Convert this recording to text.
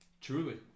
Truly